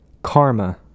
karma